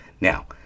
now